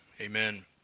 Amen